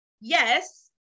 Yes